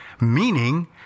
meaning